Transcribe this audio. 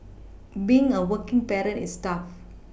being a working parent is tough